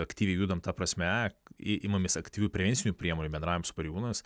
aktyviai judam ta prasme imamės aktyvių prevencinių priemonių bendraujam su pareigūnais